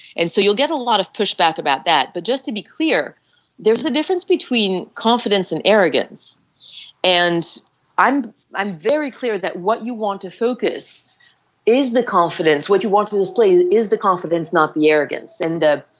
and so you will get a lot of push back about that, but just to be clear there is a difference between confidence and arrogance and i'm i'm very clear that what you want to focus is the confidence, what you want to display is the confidence not the arrogance. and